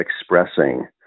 expressing